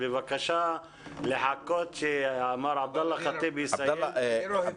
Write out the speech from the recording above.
בבקשה לחכות שמר עבדאללה חטיב יסיים את דבריו ואז תוכל להתייחס.